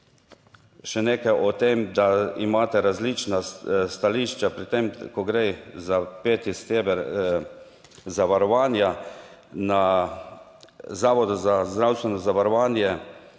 še nekaj o tem, da imate različna stališča pri tem, ko gre za peti steber zavarovanja. Na Zavodu za zdravstveno zavarovanje